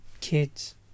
kids